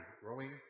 growing